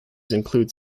include